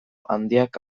handiak